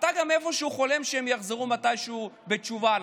אתה גם איפשהו חולם שהם יחזרו מתישהו בתשובה,